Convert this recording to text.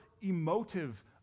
emotive